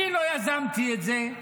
אני לא יזמתי את זה.